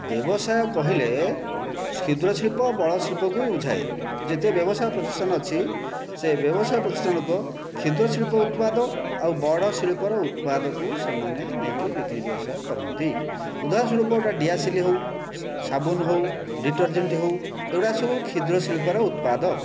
ବ୍ୟବସାୟ କହିଲେ କ୍ଷୁଦ୍ର ଶିଳ୍ପ ବଡ଼ ଶିଳ୍ପକୁ ବୁଝାଏ ଯେତେ ବ୍ୟବସାୟ ପ୍ରତିଷ୍ଠାନ ଅଛି ସେ ବ୍ୟବସାୟ ପ୍ରତିଷ୍ଠାନ ଲୋକ କ୍ଷୁଦ୍ର ଶିଳ୍ପ ଉତ୍ପାଦ ଆଉ ବଡ଼ ଶିଳ୍ପର ଉତ୍ପାଦକୁ ସେମାନେ ନେଇକି ବିକ୍ରି ବ୍ୟବସାୟ କରନ୍ତି ଉଦାହରଣ ସ୍ଵରୂପ ଗୋଟିଏ ଦିଆସିଲି ହେଉ ସାବୁନ ହେଉ ଡିଟରଜେଣ୍ଟ ହେଉ ଏଗୁଡ଼ାକ ସବୁ କ୍ଷୁଦ୍ର ଶିଳ୍ପର ଉତ୍ପାଦ